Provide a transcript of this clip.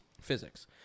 physics